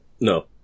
No